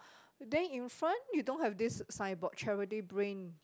then in front you don't have this signboard charity brain